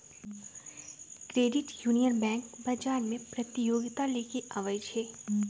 credit union bank बजार में प्रतिजोगिता लेके आबै छइ